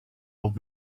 old